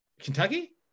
Kentucky